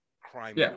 crime